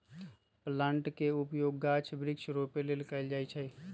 plant के उपयोग गाछ वृक्ष रोपे लेल कएल जाइ छइ